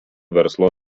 verslo